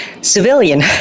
civilian